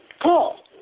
Call